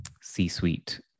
C-Suite